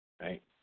right